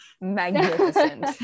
magnificent